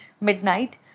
midnight